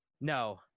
no